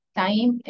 time